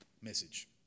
message